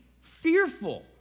fearful